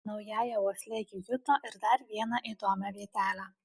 naująja uosle ji juto ir dar vieną įdomią vietelę